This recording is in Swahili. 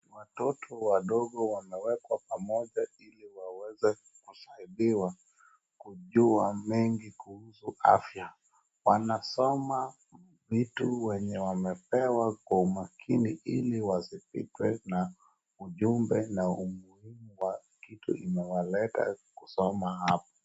Watoto wadogo wamewekwa pamoja ili waweze kusaidiwa kujua mengi kuhusu afya. Wanasoma vitu zenye wamepewa kwa umakini ili wasipitwe na ujumbe na umuhimu wa kitu imewaleta kusoma hapa.